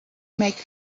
make